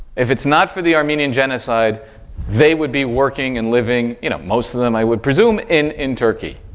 if it's not for the armenian genocide they would be working and living, you know, most of them i would presume in in turkey